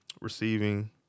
Receiving